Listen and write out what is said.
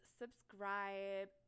subscribe